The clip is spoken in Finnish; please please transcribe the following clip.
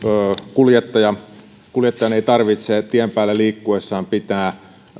kuljettajan ei tarvitse tien päällä liikkuessaan pitää